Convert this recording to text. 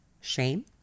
shame